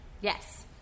Yes